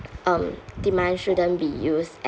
um demand shouldn't be used uh